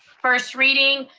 first reading.